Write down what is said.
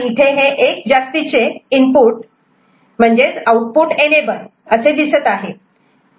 पण इथे हे एक जास्तीचे इनपुट आउटपुट एनेबल असे दिसत आहे